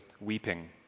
weeping